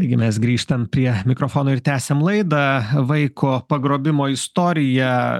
taigi mes grįžtam prie mikrofono ir tęsiam laidą vaiko pagrobimo istorija